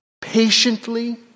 patiently